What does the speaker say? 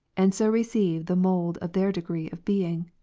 and so receive the mould of their degree of being.